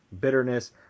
Bitterness